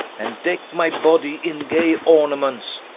and decke my body in gay ornaments,